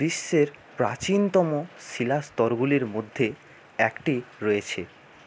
বিশ্বের প্রাচীনতম শিলা স্তরগুলির মধ্যে একটি রয়েছে